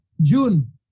June